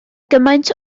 gymaint